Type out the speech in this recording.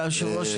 היושב-ראש,